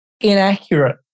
inaccurate